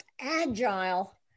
agile